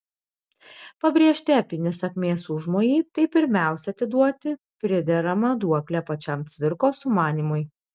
pabrėžti epinį sakmės užmojį tai pirmiausia atiduoti prideramą duoklę pačiam cvirkos sumanymui